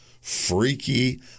freaky